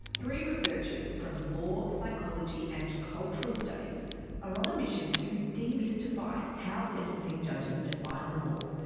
three researchers from law, psychology and cultural studies are on a mission to demystify how sentencing judges define remorse,